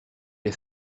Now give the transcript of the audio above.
est